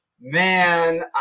man